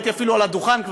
הייתי אפילו על הדוכן,